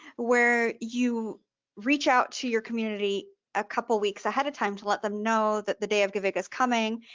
where you reach out to your community a couple weeks ahead of time to let them know that the day of giving is coming,